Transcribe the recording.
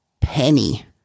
Penny